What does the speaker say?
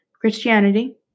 Christianity